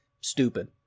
stupid